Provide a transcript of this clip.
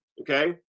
okay